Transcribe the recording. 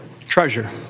Treasure